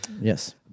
Yes